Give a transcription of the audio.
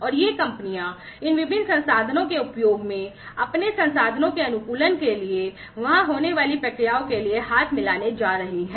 और ये कंपनियाँ इन विभिन्न संसाधनों के उपयोग में अपने संसाधनों के अनुकूलन के लिए और वहाँ होने वाली प्रक्रियाओं के लिए हाथ मिलाने जा रही हैं